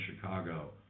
Chicago